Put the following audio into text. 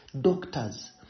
doctors